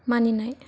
मानिनाय